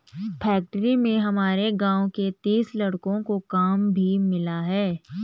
factory में हमारे गांव के तीस लड़कों को काम भी मिला है